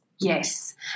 Yes